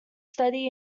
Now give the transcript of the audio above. study